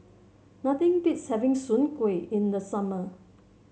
nothing beats having Soon Kway in the summer